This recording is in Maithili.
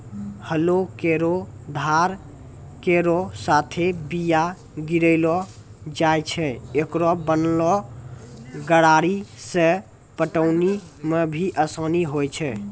हलो केरो धार केरो साथें बीया गिरैलो जाय छै, एकरो बनलो गरारी सें पटौनी म भी आसानी होय छै?